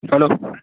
hello